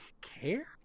care